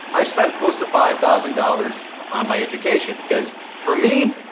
i spent close to five thousand dollars on my education. because for me,